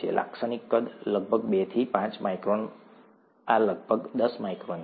લાક્ષણિક કદ લગભગ બે થી પાંચ માઇક્રોન આ લગભગ દસ માઇક્રોન છે